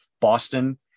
Boston